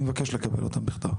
אני מבקש לקבל אותם בכתב.